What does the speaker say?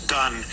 done